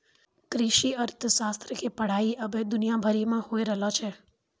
कृषि अर्थशास्त्र के पढ़ाई अबै दुनिया भरि मे होय रहलो छै